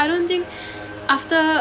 I don't think after